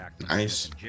Nice